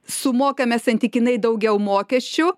sumokame santykinai daugiau mokesčių